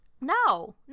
no